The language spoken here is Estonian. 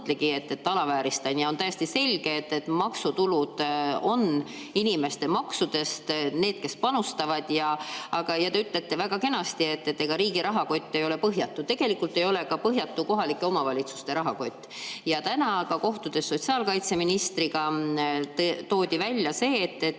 Täna aga, kohtudes sotsiaalkaitseministriga, toodi välja see, et